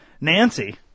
Nancy